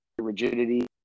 rigidity